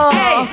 Hey